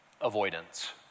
Avoidance